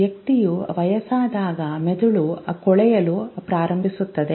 ವ್ಯಕ್ತಿಯು ವಯಸ್ಸಾದಾಗ ಮೆದುಳು ಕೊಳೆಯಲು ಪ್ರಾರಂಭಿಸುತ್ತದೆ